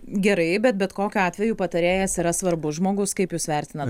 gerai bet bet kokiu atveju patarėjas yra svarbus žmogus kaip jūs vertinat